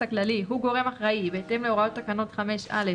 הכללי הוא גורם אחראי בהתאם להוראות תקנות 5(א),